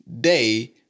day